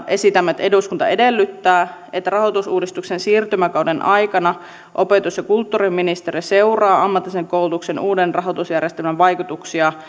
esitämme että eduskunta edellyttää että rahoitusuudistuksen siirtymäkauden aikana opetus ja kulttuuriministeriö seuraa ammatillisen koulutuksen uuden rahoitusjärjestelmän vaikutuksia